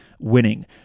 winning